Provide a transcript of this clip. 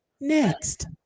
Next